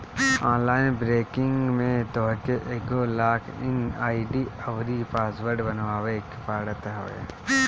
online banking में तोहके एगो लॉग इन आई.डी अउरी पासवर्ड बनावे के पड़त हवे